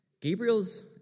Gabriel's